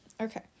Okay